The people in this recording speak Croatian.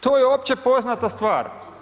To je opće poznata stvar.